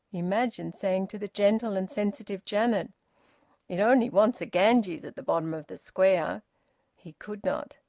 imagine saying to the gentle and sensitive janet it only wants the ganges at the bottom of the square he could not.